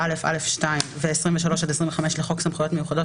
7א(א)(2) ו-23 עד 25 לחוק סמכויות מיוחדות